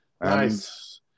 Nice